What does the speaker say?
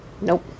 Nope